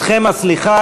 אתכם הסליחה,